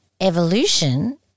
evolution